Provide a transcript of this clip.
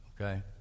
Okay